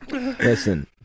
Listen